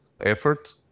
effort